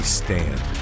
stand